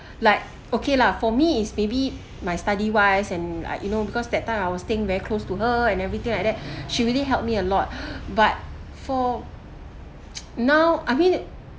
like okay lah for me is maybe my study wise and like you know because that time I was staying very close to her and everything like that she really helped me a lot but but for now I mean